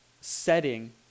setting